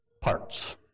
parts